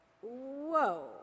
whoa